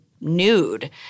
nude